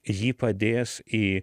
jį padės į